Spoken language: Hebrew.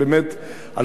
על סמך זה,